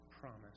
promise